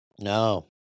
No